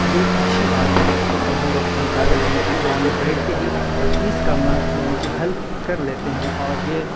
یہ اچھی بات ہے کہ ہم لوگ پنچای یعنی کہ گاؤں میں بیٹھ کے ہی ہر چیز کا یعنی کہ حل کر لیتے ہیں اور یہ